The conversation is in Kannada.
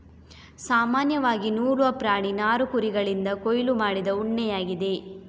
ಸಾಮಾನ್ಯವಾಗಿ ನೂಲುವ ಪ್ರಾಣಿ ನಾರು ಕುರಿಗಳಿಂದ ಕೊಯ್ಲು ಮಾಡಿದ ಉಣ್ಣೆಯಾಗಿದೆ